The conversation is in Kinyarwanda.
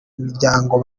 miryango